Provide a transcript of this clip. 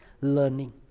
learning